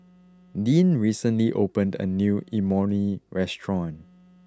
Deeann recently opened a new Imoni restaurant